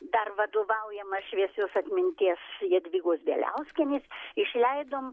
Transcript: dar vadovaujama šviesios atminties jadvygos bieliauskienės išleidom